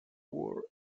word